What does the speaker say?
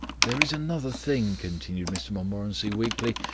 there is another thing, continued mr montmorency weakly.